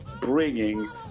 bringing